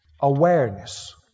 Awareness